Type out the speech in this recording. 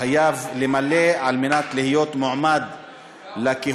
חייב למלא על מנת להיות מועמד לכהונה.